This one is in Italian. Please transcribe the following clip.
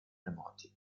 remoti